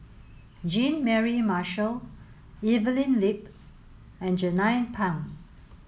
Jean Mary Marshall Evelyn Lip and Jernnine Pang